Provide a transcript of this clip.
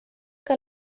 que